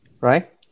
right